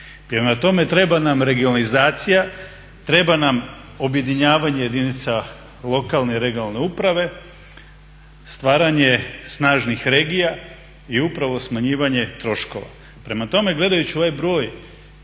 Prema tome treba nam regionalizacija, treba nam objedinjavanje jedinica lokalne i regionalne uprave, stvaranje snažnih regija i upravo smanjivanje troškova. Prema tome, gledajući ovaj broj